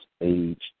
age